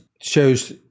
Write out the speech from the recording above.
shows